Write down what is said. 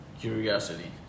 curiosity